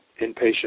inpatient